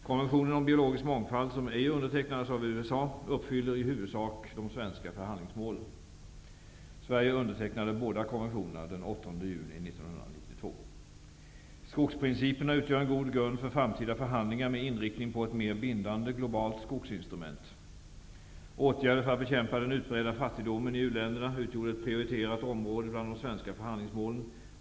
Konventionen om biologisk mångfald, som ej undertecknades av USA, uppfyller i huvudsak de svenska förhandlingsmålen. Sverige undertecknade båda konventionerna den 8 Skogsprinciperna utgör en god grund för framtida förhandlingar med inriktning på ett mer bindande globalt skogsinstrument. Åtgärder för att bekämpa den utbredda fattigdomen i u-länderna utgjorde ett prioriterat område bland de svenska förhandlingsmålen.